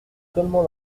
seulement